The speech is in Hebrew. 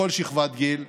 בכל שכבת גיל,